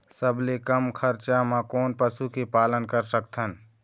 सबले कम खरचा मा कोन पशु के पालन कर सकथन?